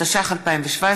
התשע"ח 2017,